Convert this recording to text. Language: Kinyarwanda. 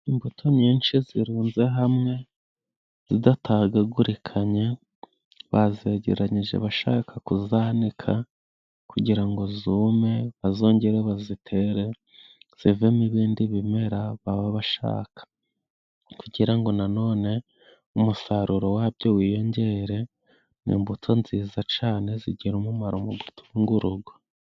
Imbuto nyinshi zirunze hamwe zidatagagurikanye, bazegeranyije bashaka kuzanika, kugira ngo zume bazongere bazitere zivemo ibindi bimera baba bashaka. kugira ngo na none umusaruro gwabyo gwiyongere, ni imbuto nziza cane zigira umumaro mu gutunga urugo.